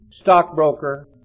stockbroker